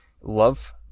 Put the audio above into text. love